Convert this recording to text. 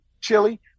chili